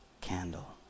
candle